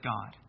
God